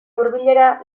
hurbilera